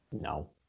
No